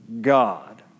God